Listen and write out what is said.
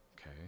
okay